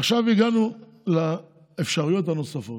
עכשיו הגענו לאפשרויות הנוספות.